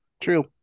true